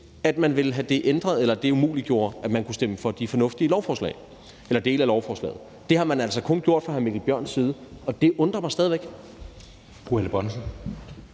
at man ville have det ændret, eller at det umuliggjorde, at man kunne stemme for de fornuftige dele af lovforslaget. Det har man altså kun gjort fra hr. Mikkel Bjørns side, og det undrer mig stadig væk.